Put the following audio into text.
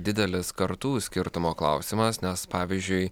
didelis kartų skirtumo klausimas nes pavyzdžiui